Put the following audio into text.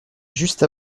juste